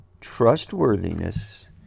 trustworthiness